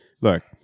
look